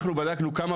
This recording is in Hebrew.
אנחנו בדקנו כמה